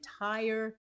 entire